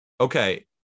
Okay